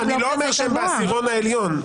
אני לא אומר שהם בעשירון העליון.